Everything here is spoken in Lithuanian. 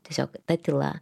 tiesiog ta tyla